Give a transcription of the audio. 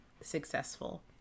successful